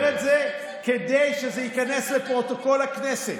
אני אומר את זה כדי שזה ייכנס לפרוטוקול הכנסת,